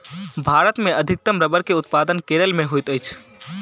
भारत मे अधिकतम रबड़ के उत्पादन केरल मे होइत अछि